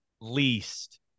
least